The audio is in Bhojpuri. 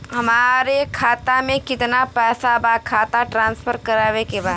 हमारे खाता में कितना पैसा बा खाता ट्रांसफर करावे के बा?